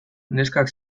neskak